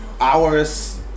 hours